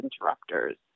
interrupters